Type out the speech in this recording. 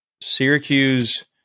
Syracuse